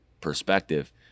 perspective